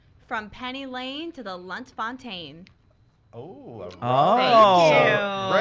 from penny lane to the lunt-fontanne ooh! ah